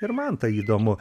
ir man tai įdomu